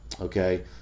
Okay